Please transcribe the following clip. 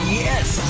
yes